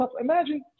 Imagine